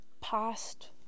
past